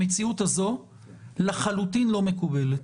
המציאות הזו לחלוטין לא מקובלת.